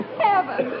heaven